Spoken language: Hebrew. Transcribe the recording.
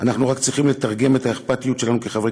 אנחנו רק צריכים לתרגם את האכפתיות שלנו כחברי